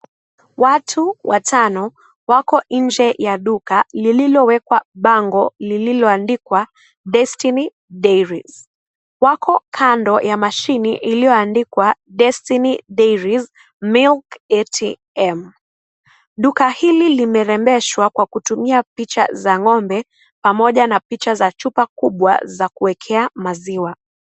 Watu watano wako nje ya duka lililowekwa bango lililoandikwa, (cs)"Destiny Dairies"(cs). Wako kando ya mashine iliyondikwa (cs)"Destiny Dairies, Milk ATM "(cs). Duka hili limerembeshwa kwa kutumia picha za ng'ombe pamoja na picha za chupa kubwa za kuwekea maziwa.